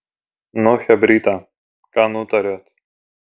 nu chebryte ką nutarėt